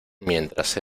mientras